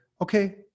okay